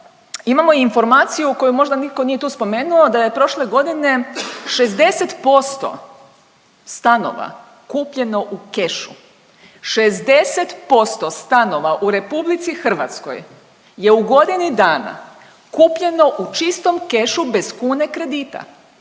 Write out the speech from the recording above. imamo informaciju koju možda nitko nije tu spomenuo da je prošle godine 60% stanova kupljeno u kešu. 60% stanova u RH je u godinu dana kupljeno u čistom kešu bez kune kredita.